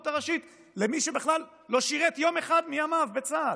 למי שבכלל לא שירת יום אחד מימיו בצה"ל.